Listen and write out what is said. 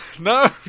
no